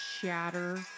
shatter